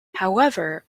however